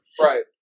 right